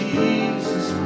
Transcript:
Jesus